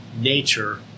nature